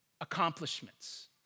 accomplishments